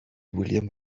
william